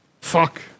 Fuck